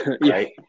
right